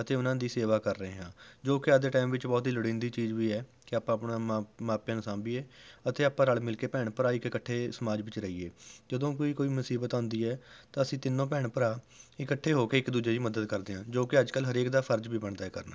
ਅਤੇ ਉਨ੍ਹਾਂ ਦੀ ਸੇਵਾ ਕਰ ਰਹੇ ਹਾਂ ਜੋ ਕਿ ਅੱਜ ਦੇ ਟਾਈਮ ਵਿੱਚ ਬਹੁਤ ਹੀ ਲੋੜੀਂਦੀ ਚੀਜ਼ ਵੀ ਹੈ ਕਿ ਆਪਾਂ ਆਪਣੇ ਮਾਂ ਮਾਪਿਆਂ ਨੂੰ ਸਾਂਭੀਏ ਅਤੇ ਆਪਾਂ ਰਲ ਮਿਲ ਕੇ ਭੈਣ ਭਰਾ ਇੱਕ ਇਕੱਠੇ ਸਮਾਜ ਵਿੱਚ ਰਹੀਏ ਜਦੋਂ ਕੋਈ ਕੋਈ ਮੁਸੀਬਤ ਆਉਂਦੀ ਹੈ ਤਾਂ ਅਸੀਂ ਤਿੰਨੋਂ ਭੈਣ ਭਰਾ ਇਕੱਠੇ ਹੋ ਕੇ ਇੱਕ ਦੂਜੇ ਦੀ ਮਦਦ ਕਰਦੇ ਹਾਂ ਜੋ ਕਿ ਅੱਜ ਕੱਲ੍ਹ ਹਰੇਕ ਦਾ ਫਰਜ਼ ਵੀ ਬਣਦਾ ਹੈ ਕਰਨਾ